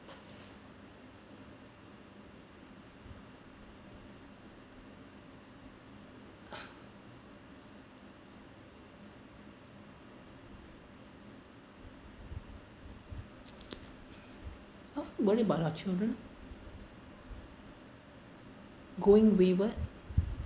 how worry about our children going wayward